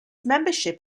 membership